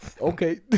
okay